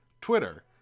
Twitter